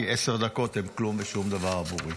כי עשר דקות הן כלום ושום דבר עבורי.